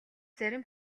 зарим